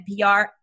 NPR